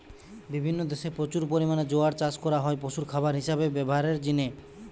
বিভিন্ন দেশে প্রচুর পরিমাণে জোয়ার চাষ করা হয় পশুর খাবার হিসাবে ব্যভারের জিনে